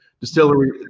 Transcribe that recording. distillery